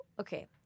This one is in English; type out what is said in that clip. Okay